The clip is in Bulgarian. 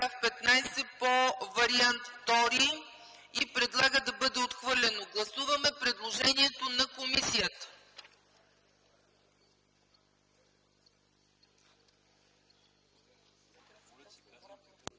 15 по вариант втори, и предлага да бъде отхвърлено. Гласуваме предложението на комисията.